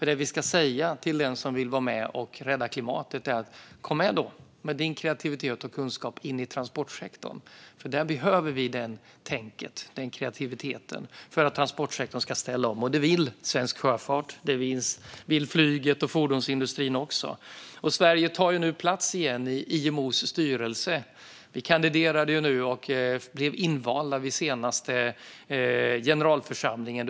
Det vi ska säga till den som vill vara med och rädda klimatet är: Kom med din kreativitet och kunskap in i transportsektorn. Där behöver vi det tänket och den kreativiteten för att transportsektorn ska ställa om. Det vill Svensk Sjöfart, flyget och fordonsindustrin också. Sverige tar nu plats igen i IMO:s styrelse. Vi kandiderade nu och blev invalda vid senaste generalförsamlingen.